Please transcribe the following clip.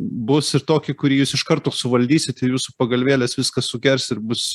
bus ir tokį kurį jūs iš karto suvaldysit ir jūsų pagalvėlės viską sugers ir bus